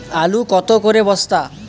আলু কত করে বস্তা?